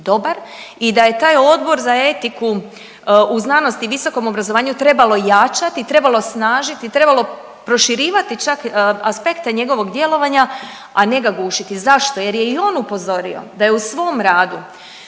i da je taj Odbor za etiku u znanosti i visokom obrazovanju trebalo jačati, trebalo snažiti, trebalo proširivati čak aspekte njegovog djelovanja, a ne ga gušiti. Zašto? Jer je i on upozorio da je u svom radu